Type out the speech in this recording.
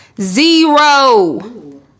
Zero